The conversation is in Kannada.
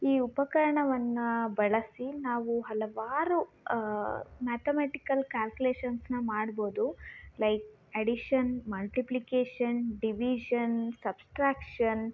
ಈ ಉಪಕರ್ಣವನ್ನು ಬಳಸಿ ನಾವು ಹಲವಾರು ಮ್ಯಾತೆಮೆಟಿಕಲ್ ಕ್ಯಾಲ್ಕುಲೇಷನ್ಸನ್ನ ಮಾಡ್ಬೋದು like addition multiplication division subtraction